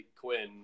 Quinn